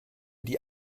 die